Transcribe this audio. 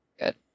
Good